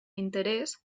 interès